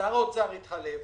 שר האוצר יתחלף,